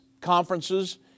conferences